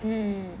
mm